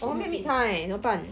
我还没有 meet 他 eh 这么办